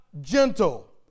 gentle